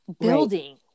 building